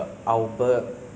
is nice got say